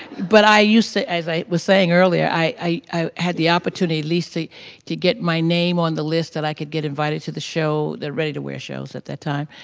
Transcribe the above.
but i used to, as i was saying earlier, i had the opportunity at least to to get my name on the list that i could get invited to the show, their ready-to-wear shows at that time.